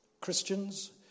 Christians